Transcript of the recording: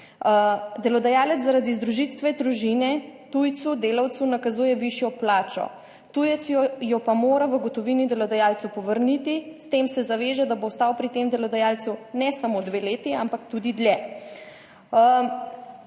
Delodajalec, zaradi združitve družine tujcu delavcu nakazuje višjo plačo, tujec jo pa mora v gotovini delodajalcev povrniti, s tem se zaveže, da bo ostal pri tem delodajalcu ne samo dve leti, ampak tudi dlje.